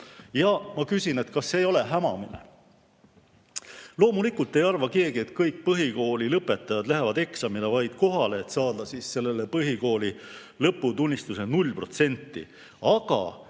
Ma küsin: kas see ei ole hämamine? Loomulikult ei arva keegi, et kõik põhikoolilõpetajad lähevad eksamile ainult kohale, et saada põhikooli lõputunnistusele 0%.